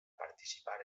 participar